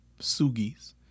Sugis